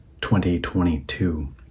2022